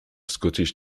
scottish